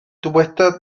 dyweda